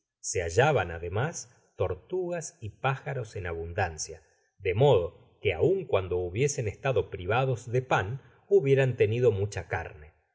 se hallaban ademas tortugas y pájaros en abundancia de modo que aun cuando hubiesen estado privados de pan hubieran tenido mucha carne